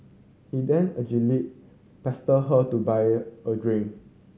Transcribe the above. he then pestered her to buy a a drink